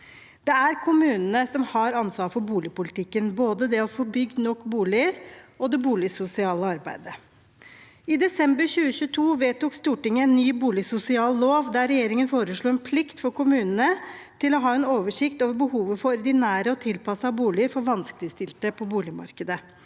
Det er kommunene som har ansvaret for boligpolitikken, både det å få bygd nok boliger og det boligsosiale arbeidet. I desember 2022 vedtok Stortinget en ny boligsosial lov, der regjeringen foreslo en plikt for kommunene til å ha en oversikt over behovet for ordinære og tilpassede boliger for vanskeligstilte på boligmarkedet,